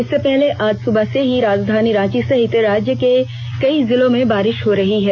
इससे पहले आज सुबह से ही राजधानी रांची सहित राज्य के कई जिलों में बारिश हो रही है